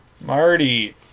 Marty